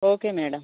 okay madam